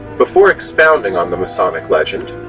before expounding on the masonic legend,